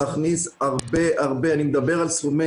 להכניס הרבה הרבה אני מדבר על סכומים